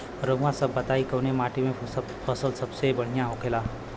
रउआ सभ बताई कवने माटी में फसले सबसे बढ़ियां होखेला?